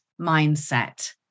mindset